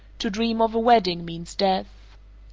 to dream of a wedding means death.